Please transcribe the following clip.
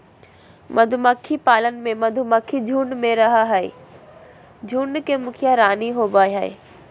मधुमक्खी पालन में मधुमक्खी झुंड में ही रहअ हई, झुंड के मुखिया रानी होवअ हई